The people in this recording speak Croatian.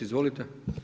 Izvolite.